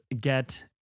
get